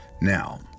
Now